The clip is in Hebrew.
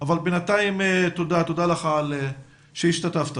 בינתיים תודה לך על שהשתתפת.